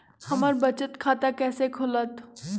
हमर बचत खाता कैसे खुलत?